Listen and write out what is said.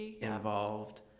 involved